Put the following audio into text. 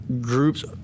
groups